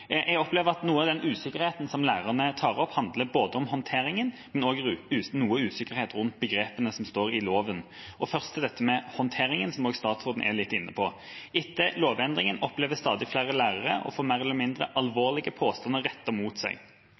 Jeg opplever at noe av den usikkerheten lærerne tar opp, handler både om håndteringen og om noe usikkerhet rundt begrepene som står i loven. Først til dette med håndteringen, som også statsråden er noe inne på: Etter lovendringen opplever stadig flere lærere å få mer eller mindre alvorlige påstander rettet mot seg.